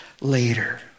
later